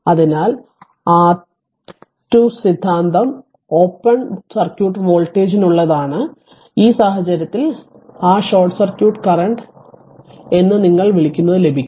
അതിനാൽ R2s സിദ്ധാന്തം open circuit വോൾട്ടേജിനുള്ളതാണ് ഈ സാഹചര്യത്തിൽ ആ ഷോർട്ട് സർക്യൂട്ട് കറന്റ് എന്ന് നിങ്ങൾ വിളിക്കുന്നത് ലഭിക്കും